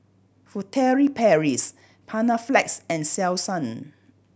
Furtere Paris Panaflex and Selsun